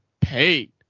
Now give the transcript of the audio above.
paid